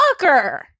fucker